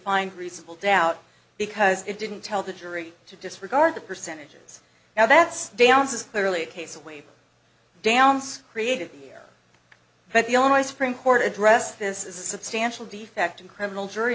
find reasonable doubt because it didn't tell the jury to disregard the percentages now that's dance is clearly a case of wave downs created but the illinois supreme court addressed this is a substantial defect in criminal jury